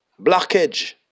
blockage